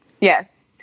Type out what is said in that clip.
Yes